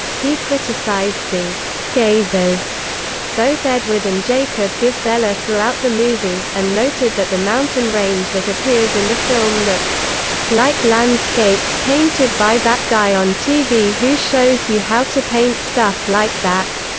he criticized the gazes both edward and jacob give bella throughout the movie, and noted that the mountain range that appears in the film looks like landscapes painted by that guy on tv who shows you how to paint stuff like that.